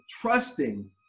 trusting